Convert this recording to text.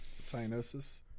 Cyanosis